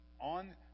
On